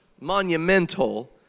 monumental